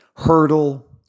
hurdle